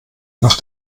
nach